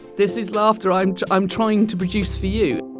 this is laughter i'm i'm trying to produce for you